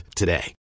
today